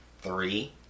three